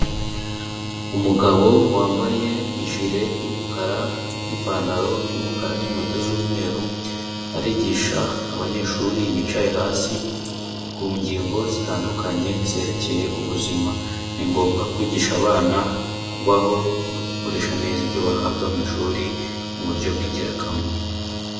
Umugabo wambaye ijire y'umukara n'ipantaro y'umukara n'inkweto z'umweru, arigisha abanyeshuri bicaye hasi ku ngingo zitandukanye zerekeye ubuzima. Ni ngombwa kwigisha abana kubaho no gukoresha neza ibyo bahabwa mu ishuri mu buryo bw'ingirakamaro.